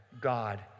God